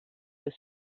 the